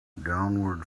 downward